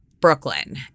Brooklyn